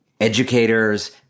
educators